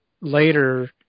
later